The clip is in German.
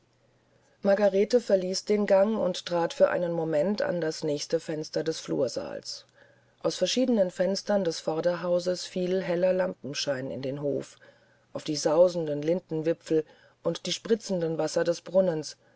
margarete verließ den gang und trat für einen moment in das nächste fenster des flursaales aus verschiedenen fenstern des vorderhauses fiel heller lampenschein in den hof auf die sausenden lindenwipfel und die spritzenden wasser des brunnens